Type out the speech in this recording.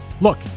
Look